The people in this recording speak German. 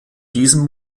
diesem